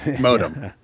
modem